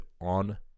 on